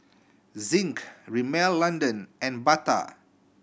Zinc Rimmel London and Bata